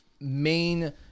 main